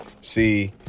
See